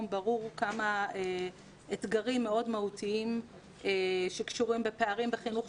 ברור כמה אתגרים מאוד מהותיים שקשורים בפערים בחינוך,